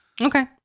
Okay